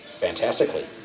fantastically